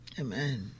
amen